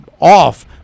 off